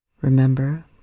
Remember